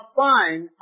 fine